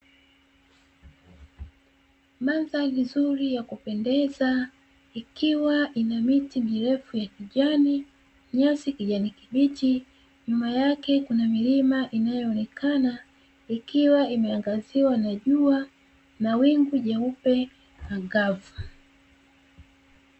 Mandhari nzuri ya kupendeza ikiwa ina miti mirefu ya kijani, nyasi za kijani kibichi. Nyuma yake kuna milima inayoonekana, ikiwa imeangaziwa na jua na wingu jeupe angavu.